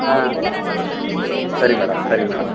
ஆ ச சரி மேடம் சரி மேடம்